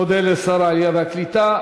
מודה לשר העלייה והקליטה.